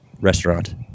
restaurant